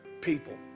people